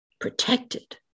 Protected